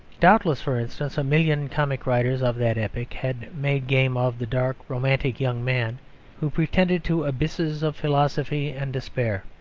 doubtless, for instance, a million comic writers of that epoch had made game of the dark, romantic young man who pretended to abysses of philosophy and despair.